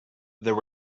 there